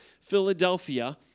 Philadelphia